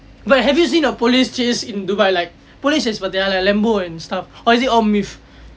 but have you seen a police chase in dubai like police chase பார்த்தியா:paartthiyaa like Lambo and stuff or is it all myth